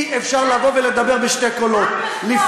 אי-אפשר לבוא ולדבר בשני קולות, רק